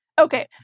Okay